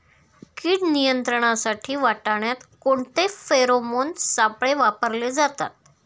कीड नियंत्रणासाठी वाटाण्यात कोणते फेरोमोन सापळे वापरले जातात?